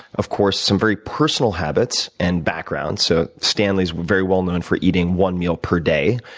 of course, some very personal habits and backgrounds. so stanley's very well known for eating one meal per day.